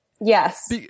Yes